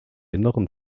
inneren